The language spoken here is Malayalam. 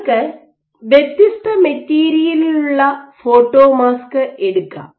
നിങ്ങൾക്ക് വ്യത്യസ്ത മെറ്റീരിയലിലുള്ള ഫോട്ടോമാസ്ക് എടുക്കാം